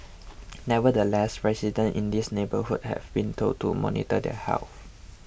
nevertheless residents in his neighbourhood have been told to monitor their health